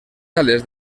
xalets